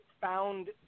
found